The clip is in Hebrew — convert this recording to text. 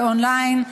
און-ליין,